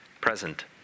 present